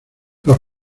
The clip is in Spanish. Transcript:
los